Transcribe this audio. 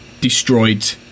destroyed